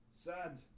sad